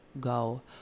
go